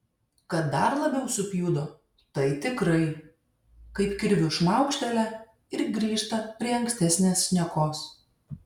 kad dar labiau supjudo tai tikrai kaip kirviu šmaukštelia ir grįžta prie ankstesnės šnekos